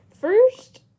first